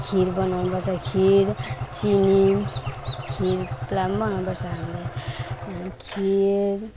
खिर बनाउनुपर्छ खिर चिनी खिर प्लाम बनाउनुपर्छ हामीले खिर